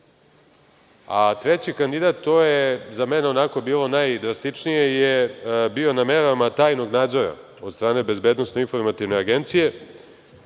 a treći kandidat, to je za mene bilo najdrastičnije, bio je na merama tajnog nadzora od strane Bezbednosno-informativne agencije,